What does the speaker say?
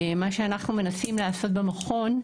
מה שאנחנו מנסים לעשות במכון,